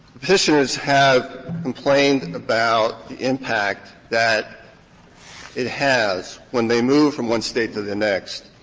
petitioners have complained and about the impact that it has when they move from one state to the next